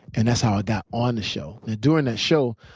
and that's how i got on the show. now, during that show,